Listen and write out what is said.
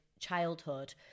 childhood